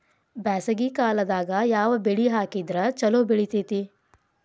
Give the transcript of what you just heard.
ಬ್ಯಾಸಗಿ ಕಾಲದಾಗ ಯಾವ ಬೆಳಿ ಹಾಕಿದ್ರ ಛಲೋ ಬೆಳಿತೇತಿ?